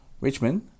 Richmond